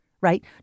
right